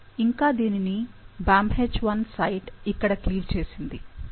ఇంకా దీనిని BamHI site ఇక్కడ క్లీవ్ చేసింది